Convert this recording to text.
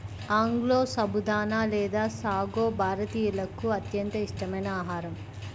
ఆంగ్లంలో సబుదానా లేదా సాగో భారతీయులకు అత్యంత ఇష్టమైన ఆహారం